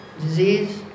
disease